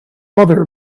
mother